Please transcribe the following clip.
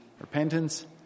repentance